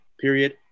period